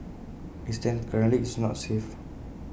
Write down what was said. as IT stands currently IT is not safe